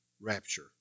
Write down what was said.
rapture